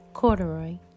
Corduroy